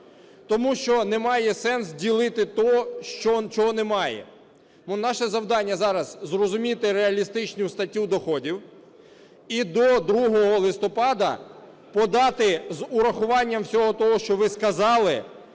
тому що немає сенсу ділити те, чого немає. Ну, наше завдання зараз – зрозуміти реалістичну статтю доходів і до 2 листопада подати з урахуванням всього того, що ви сказали,